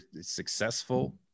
successful